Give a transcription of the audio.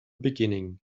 beginning